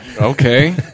okay